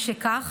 משכך,